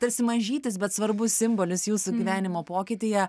tarsi mažytis bet svarbus simbolis jūsų gyvenimo pokytyje